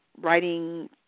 writing